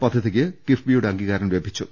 പദ്ധതിക്ക് കിഫ്ബിയുടെ അംഗീകാരം ലഭിച്ചു